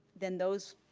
then those,